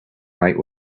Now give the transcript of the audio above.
night